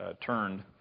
turned